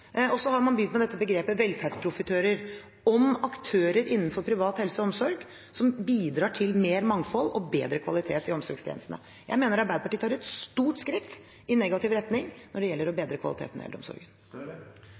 Og man har begynt å bruke begrepet «velferdsprofittører» om aktører innenfor privat helse- og omsorgstjeneste, som bidrar til mer mangfold og bedre kvalitet i omsorgstjenestene. Jeg mener at Arbeiderpartiet tar et stort skritt i negativ retning når det gjelder å